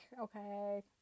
okay